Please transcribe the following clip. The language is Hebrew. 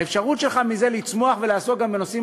האפשרות שלך מזה לצמוח ולעסוק גם בנושאים